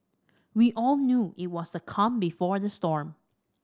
we all knew it was the calm before the storm